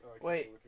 Wait